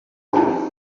muri